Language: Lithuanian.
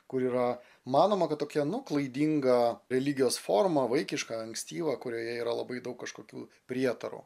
kur yra manoma kad tokia klaidinga religijos forma vaikiška ankstyva kurioje yra labai daug kažkokių prietarų